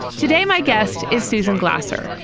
today my guest is susan glasser.